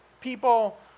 people